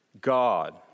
God